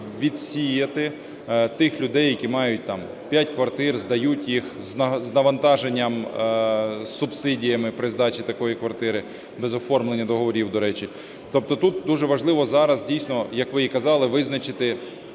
відсіяти тих людей, які мають там 5 квартир, здають їх з навантаженням, з субсидіями, при здачі такої квартири, без оформлення договорів, до речі. Тобто тут дуже важливо зараз, дійсно, як ви і казали, визначити